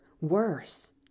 worse